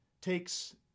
takes